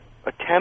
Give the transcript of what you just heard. attempt